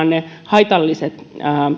ne haitalliset